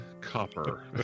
copper